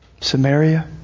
Samaria